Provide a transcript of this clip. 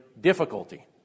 difficulty